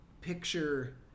picture